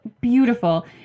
beautiful